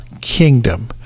kingdom